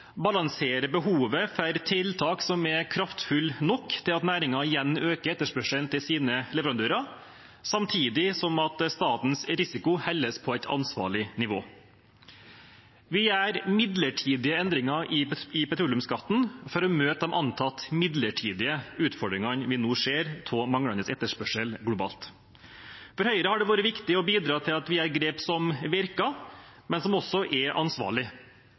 behovet for tiltak som er kraftfulle nok til at næringen igjen øker etterspørselen til sine leverandører, samtidig som statens risiko holdes på et ansvarlig nivå. Vi gjør midlertidige endringer i petroleumsskatten for å møte de antatt midlertidige utfordringene vi nå ser av manglende etterspørsel globalt. For Høyre har det vært viktig å bidra til at vi gjør grep som virker, men som også er